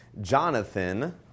Jonathan